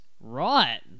Right